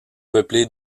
peuplés